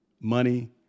money